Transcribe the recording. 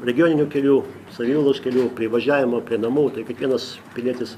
regioninių kelių savivaldos kelių privažiavimo prie namų tai kiekvienas pilietis